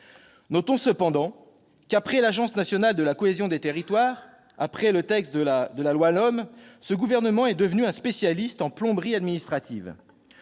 Notons cependant que, après l'Agence nationale de la cohésion des territoires, après la loi d'orientation des mobilités, ce gouvernement est devenu spécialiste en « plomberie administrative